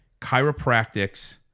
chiropractics